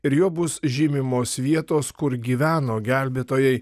ir juo bus žymimos vietos kur gyveno gelbėtojai